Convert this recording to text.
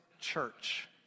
church